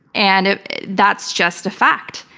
and that's just a fact.